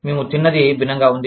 మేము తిన్నది భిన్నంగా ఉంది